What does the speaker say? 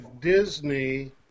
Disney